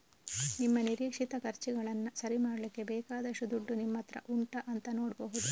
ನಿಮ್ಮ ನಿರೀಕ್ಷಿತ ಖರ್ಚುಗಳನ್ನ ಸರಿ ಮಾಡ್ಲಿಕ್ಕೆ ಬೇಕಾದಷ್ಟು ದುಡ್ಡು ನಿಮ್ಮತ್ರ ಉಂಟಾ ಅಂತ ನೋಡ್ಬಹುದು